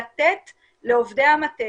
לתת לעובדי המטה